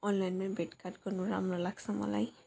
अनलाइनमै भेटघाट गर्नु राम्रो लाग्छ मलाई